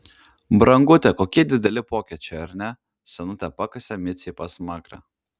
brangute kokie dideli pokyčiai ar ne senutė pakasė micei pasmakrę